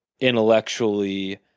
intellectually